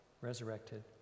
resurrected